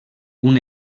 una